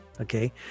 Okay